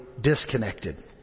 disconnected